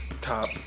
top